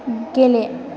गेले